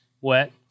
wet